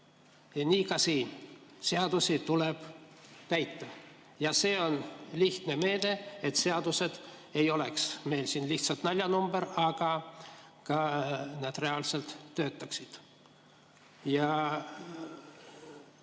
Nii ka siin: seadusi tuleb täita. See on lihtne meede, et seadused ei oleks meil lihtsalt naljanumber, vaid nad ka reaalselt töötaksid.